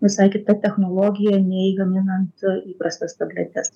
visai kita technologija nei gaminant įprastas tabletes